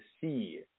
see